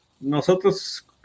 nosotros